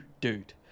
dude